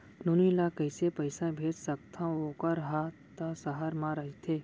नोनी ल कइसे पइसा भेज सकथव वोकर हा त सहर म रइथे?